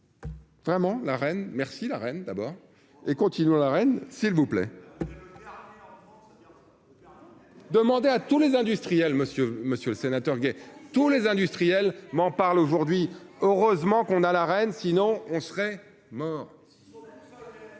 Vraiment la reine merci la reine d'abord et continuons la reine, s'il vous plaît. Demandez à tous les industriels, monsieur, monsieur le sénateur, tous les industriels m'en parle aujourd'hui, heureusement qu'on a la reine, sinon on serait mort